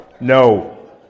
No